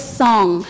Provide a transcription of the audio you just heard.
song